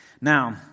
Now